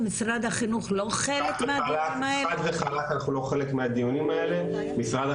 משרד החינוך לא חלק מהדיונים האלה?